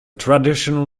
traditional